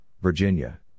Virginia